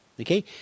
Okay